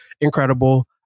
incredible